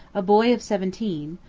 a boy of seventeen,